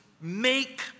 make